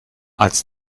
als